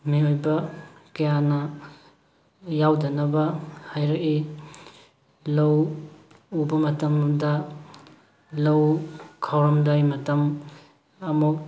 ꯃꯤꯑꯣꯏꯕ ꯀꯌꯥꯅ ꯌꯥꯎꯗꯅꯕ ꯍꯥꯏꯔꯛꯏ ꯂꯧ ꯎꯕ ꯃꯇꯝꯗ ꯂꯧ ꯈꯥꯎꯔꯝꯗꯥꯏ ꯃꯇꯝ ꯑꯃꯨꯛ